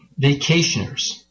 vacationers